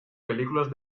películas